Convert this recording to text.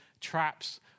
traps